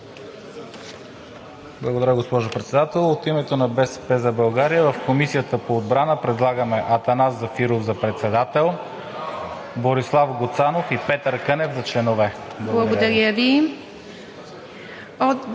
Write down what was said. Благодаря, госпожо Председател. От името на „БСП за България“ в Комисията по отбрана предлагаме Атанас Зафиров за председател, Борислав Гуцанов и Петър Кънев за членове. ПРЕДСЕДАТЕЛ